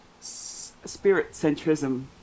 spirit-centrism